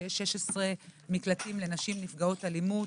שיש 16 מקלטים לנשים נפגעות אלימות,